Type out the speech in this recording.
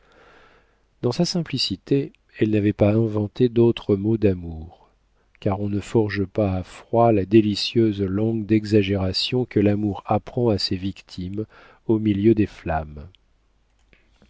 dans sa simplicité elle n'avait pas inventé d'autre mot d'amour car on ne forge pas à froid la délicieuse langue d'exagération que l'amour apprend à ses victimes au milieu des flammes